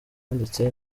banditse